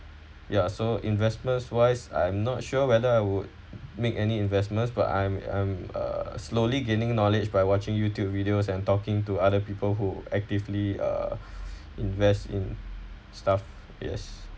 ya so investments wise I'm not sure whether I would make any investments but I'm I'm uh slowly gaining knowledge by watching YouTube videos and talking to other people who actively uh invest in stuff yes